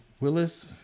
Willis